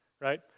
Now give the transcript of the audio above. right